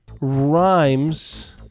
rhymes